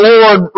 Lord